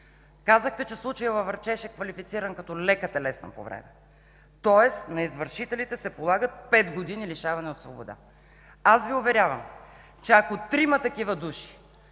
казахте, че случаят във Врачеш е квалифициран като „лека телесна повреда”. Тоест на извършителите се полагат пет години лишаване от свобода. Уверявам Ви, че ако трима такива души